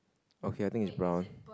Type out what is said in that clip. okay I think it brown